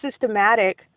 systematic